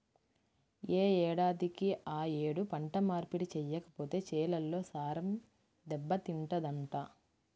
యే ఏడాదికి ఆ యేడు పంట మార్పిడి చెయ్యకపోతే చేలల్లో సారం దెబ్బతింటదంట